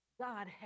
God